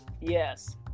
Yes